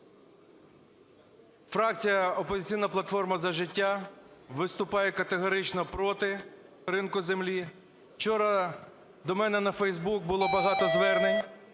фракція "Опозиційна платформа – За життя" виступає категорично проти ринку землі. Вчора до мене на Фейсбук було багато звернень.